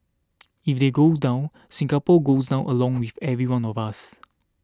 if they go down Singapore goes down along with every one of us